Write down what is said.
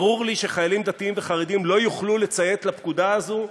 ברור לי שחיילים דתיים וחרדים לא יוכלו לציית לפקודה הזו,